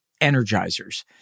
energizers